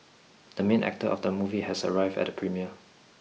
the main actor of the movie has arrived at the premiere